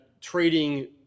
trading